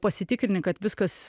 pasitikrini kad viskas